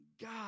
God